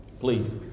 please